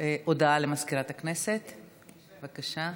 הודעה למזכירת הכנסת, בבקשה.